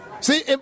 See